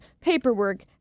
paperwork